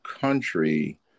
country